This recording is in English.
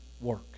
work